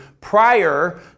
prior